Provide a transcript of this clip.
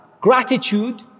gratitude